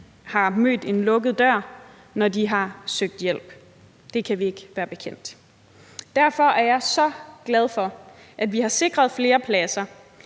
har mødt en lukket dør, når de har søgt hjælp. Det kan vi ikke være bekendt. Derfor er jeg så glad for, at vi har sikret flere pladser,